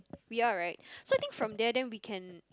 we are right so I think from there then we can